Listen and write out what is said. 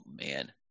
man